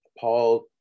Paul